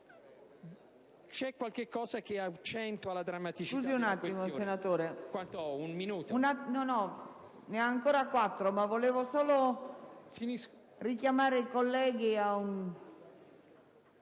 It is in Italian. poi qualche cosa che accentua la drammaticità della questione.